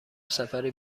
سفری